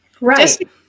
Right